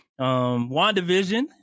WandaVision